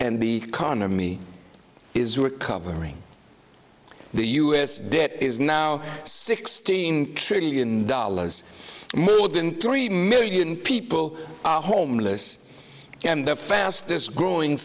and the economy is recovering the u s debt is now sixteen trillion dollars more than three million people are homeless and the fastest growing